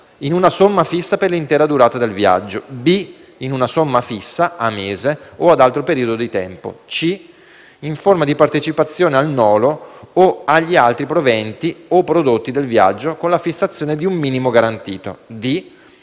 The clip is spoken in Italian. in una somma fissa per l'intera durata del viaggio; b) in una somma fissa a mese o ad altro periodo di tempo; c) in forma di partecipazione al nolo o agli altri proventi o prodotti del viaggio, con la fissazione di un minimo garantito;